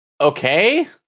okay